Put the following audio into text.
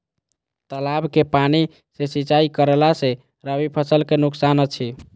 तालाब के पानी सँ सिंचाई करला स रबि फसल के नुकसान अछि?